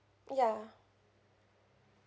ya